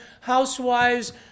housewives